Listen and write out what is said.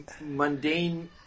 mundane